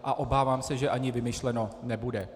A obávám se, že ani vymyšleno nebude.